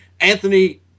Anthony